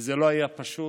וזה לא היה פשוט.